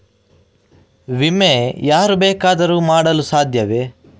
ವಿಮೆ ಯಾರು ಬೇಕಾದರೂ ಮಾಡಲು ಸಾಧ್ಯವೇ?